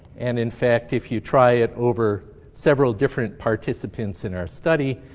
and, in fact, if you try it over several different participants in our study,